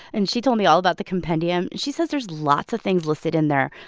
and she told me all about the compendium. she says there's lots of things listed in there.